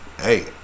hey